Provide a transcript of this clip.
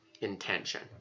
intention